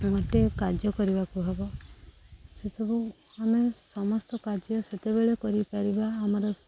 ମତେ କାର୍ଯ୍ୟ କରିବାକୁ ହବ ସେସବୁ ଆମେ ସମସ୍ତ କାର୍ଯ୍ୟ ସେତେବେଳେ କରିପାରିବା ଆମର